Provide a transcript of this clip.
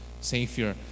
savior